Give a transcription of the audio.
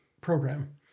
program